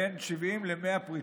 בין 70 ל-100 פריטים,